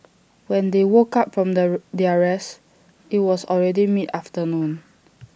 when they woke up from their rest IT was already mid afternoon